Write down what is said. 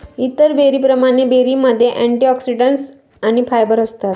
इतर बेरींप्रमाणे, बेरीमध्ये अँटिऑक्सिडंट्स आणि फायबर असतात